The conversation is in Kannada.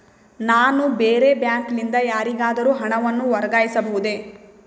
ನಾನು ಬೇರೆ ಬ್ಯಾಂಕ್ ಲಿಂದ ಯಾರಿಗಾದರೂ ಹಣವನ್ನು ವರ್ಗಾಯಿಸಬಹುದೇ?